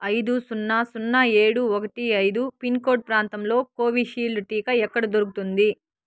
ఐదు సున్నా సున్నా ఏడు ఒకటి ఐదు పిన్కోడ్ ప్రాంతంలో కోవిషీల్డ్ టీకా ఎక్కడ దొరుకుతుంది